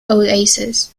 oases